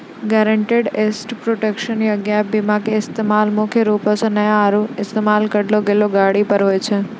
guaranteed asset protection या gap बीमा के इस्तेमाल मुख्य रूपो से नया आरु इस्तेमाल करलो गेलो गाड़ी पर होय छै